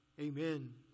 amen